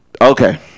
okay